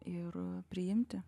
ir priimti